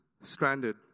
stranded